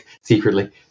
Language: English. secretly